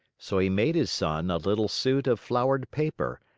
so he made his son a little suit of flowered paper,